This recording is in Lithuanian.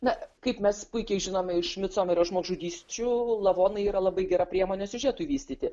na kaip mes puikiai žinome iš micomerio žmogžudysčių lavonai yra labai gera priemonė siužetui vystyti